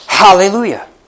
Hallelujah